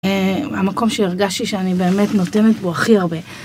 המקום שהרגשתי שאני באמת נותנת בו הכי הרבה.